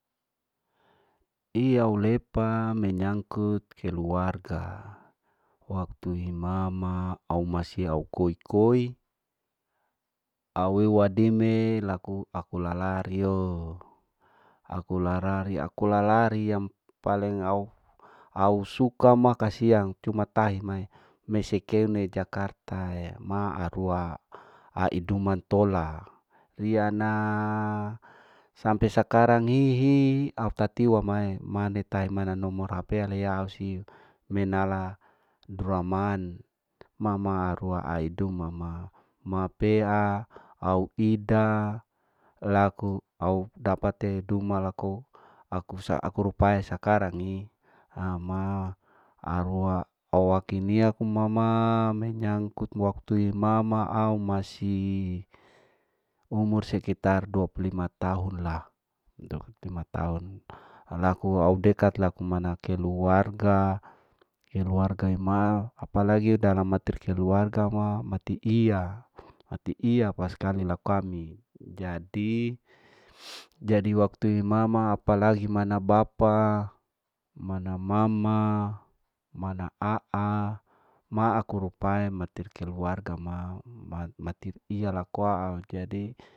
Iya ulepa menyangkut keluarga waktu imama au masi au koi koi au ue wadime laku aku lalario, aku lalari, aku lalari yang paleng au au suka ma kasiang cuma tahi mahe, mesekeunei jakartae ma arua aiduma intola riya na sampe sakarang hihi au tatiu wamae mane tai mana noumor hp alea au siu, menala draman mama rua adui mama ma pea au ida laku au dapate duma laku aku sa aku rupae sakarangi ama aroa awa kini aku mama amenyangkut waktu imama au masi umur sekitar dua puluh lima tahun lah, dua puluh lima tahun laku au dekat laku mana keluarga, keluarga ema, apalagi dalam matir keluarga ma mati iya, mati iya paskali lau kami jani jadi waktu imama apalagi mana bapa, mana mama, mana aa, ma aku rupae matir keluarga kama matir iya laku au jadi.